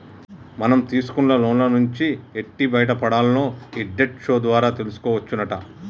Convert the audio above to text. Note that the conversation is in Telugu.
మనం తీసుకున్న లోన్ల నుంచి ఎట్టి బయటపడాల్నో ఈ డెట్ షో ద్వారా తెలుసుకోవచ్చునట